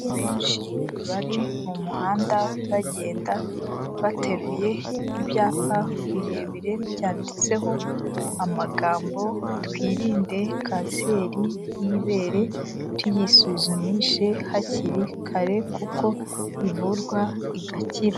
Benshi bari mu muhanda bagenda bateruye ibyapa birebire byanditseho amagambo, twirinde kanseri y'ibere tuyisuzumishe hakiri kare kuko ivurwa igakira.